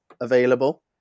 available